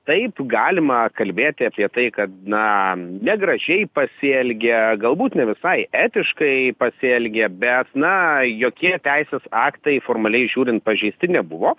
taip galima kalbėti apie tai kad na negražiai pasielgė galbūt ne visai etiškai pasielgė bet na jokie teisės aktai formaliai žiūrint pažeisti nebuvo